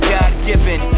God-given